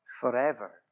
forever